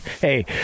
hey